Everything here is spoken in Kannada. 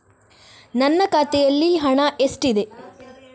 ನನ್ನ ಖಾತೆಯಲ್ಲಿ ಹಣ ಎಷ್ಟಿದೆ?